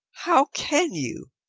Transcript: how can you?